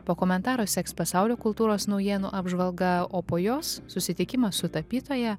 po komentaro seks pasaulio kultūros naujienų apžvalga o po jos susitikimas su tapytoja